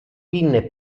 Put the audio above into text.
pinne